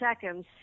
seconds